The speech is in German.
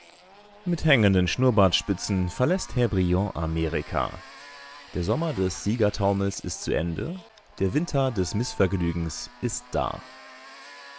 mit hängenden schnurrbartspitzen verläßt herr briand amerika der sommer des siegertaumels ist zu ende der winter des mißvergnügens ist da